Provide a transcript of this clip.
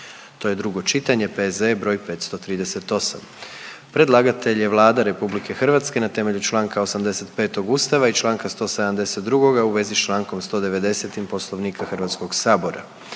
To je drugo čitanje, P.Z.E. br. 538. Predlagatelj je Vlada RH na temelju čl. 85. Ustava i čl. 172. u vezi s čl. 190. Poslovnika Hrvatskog sabora.